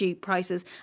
prices